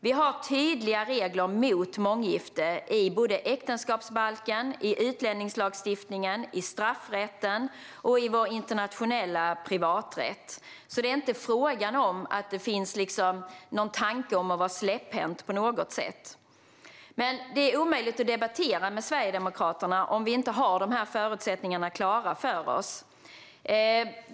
Vi har tydliga regler mot månggifte i äktenskapsbalken, utlänningslagstiftningen, straffrätten och vår internationella privaträtt. Det finns ingen tanke om att vara släpphänt på något sätt. Men det är omöjligt att debattera med Sverigedemokraterna om vi inte har förutsättningarna klara för oss.